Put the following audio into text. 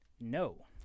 No